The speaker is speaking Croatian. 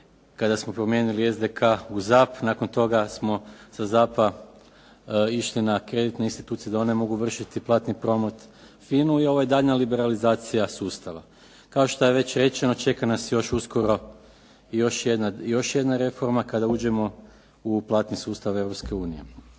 kada smo promijenili SDK u ZAP. Nakon toga smo sa ZAP-a išli na kreditne institucije da one mogu vršiti platni promet FINA-u i ovo je daljnja liberalizacija sustava. Kao što je već rečeno čeka nas još uskoro i još jedna reforma kada uđemo u platni sustav